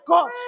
God